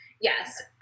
Yes